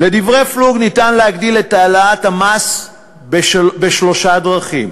"לדברי פלוג ניתן להגדיל את העלאת המס בשלושה דרכים"